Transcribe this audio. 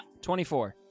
24